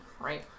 Right